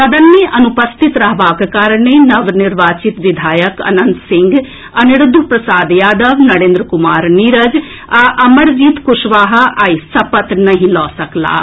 सदन मे अनुपस्थित रहबाक कारणे नवनिर्वाचित विधायक अनंत सिंह अनिरूद्व प्रसाद यादव नरेन्द्र कुमार नीरज आ अमरजीत कृशवाहा आई सपत नहि लऽ सकलाह